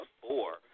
four